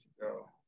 go